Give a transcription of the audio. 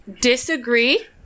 disagree